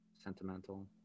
Sentimental